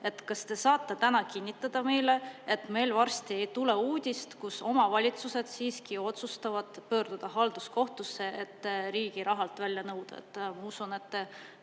Kas te saate täna meile kinnitada, et me varsti ei kuule uudist, et omavalitsused siiski otsustavad pöörduda halduskohtusse, et riigilt raha välja nõuda?